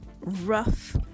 rough